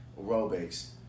aerobics